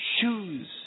Shoes